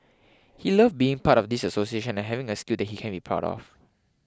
he loved being part of this association and having a skill that he can be proud of